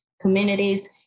communities